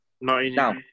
now